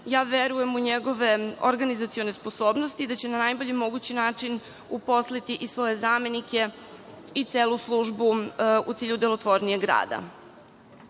ja verujem u njegove organizacione sposobnosti i da će na najbolji mogući način uposliti i svoje zamenike i celu službu u cilju delotvornijeg